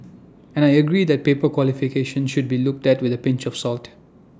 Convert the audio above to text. and I agree that paper qualifications should be looked at with A pinch of salt